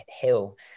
hill